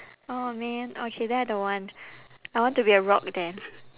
oh man okay then I don't want I want to be a rock then